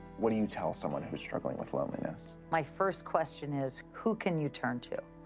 what do you tell someone who's struggling with loneliness? my first question is who can you turn to?